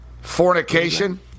Fornication